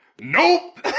Nope